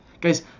Guys